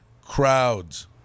crowds